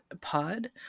pod